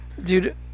Dude